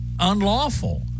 unlawful